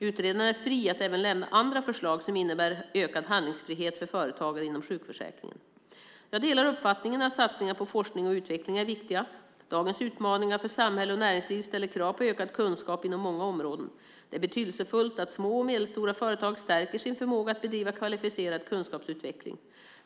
Utredaren är fri att även lämna andra förslag som innebär ökad handlingsfrihet för företagare inom sjukförsäkringen. Jag delar uppfattningen att satsningar på forskning och utveckling är viktiga. Dagens utmaningar för samhälle och näringsliv ställer krav på ökad kunskap inom många områden. Det är betydelsefullt att små och medelstora företag stärker sin förmåga att bedriva kvalificerad kunskapsutveckling.